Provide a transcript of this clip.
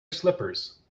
slippers